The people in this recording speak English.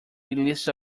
list